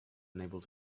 unable